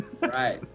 Right